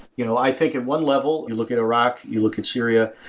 you know i think in one level you look at iraq, you look at syria,